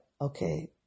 okay